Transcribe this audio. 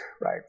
right